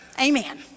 amen